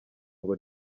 ngo